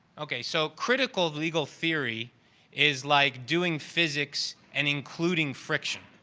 okay, so critical of legal theory is like doing physics and including friction,